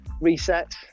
reset